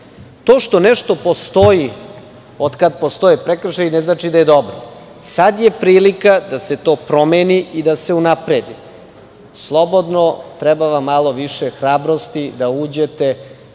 to što nešto postoji od kad postoje prekršaji, ne znači da je dobro. Sada je prilika da se to promeni i da se unapredi. Slobodno, treba vam malo više hrabrosti da uđete